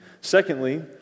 Secondly